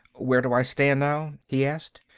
where do i stand, now? he asked.